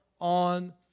on